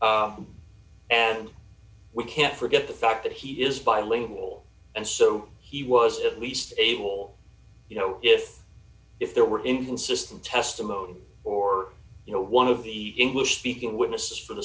and we can't forget the fact that he is bilingual and so he was at least able you know if if there were inconsistent testimony or you know one of the english speaking witnesses for the